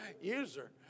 user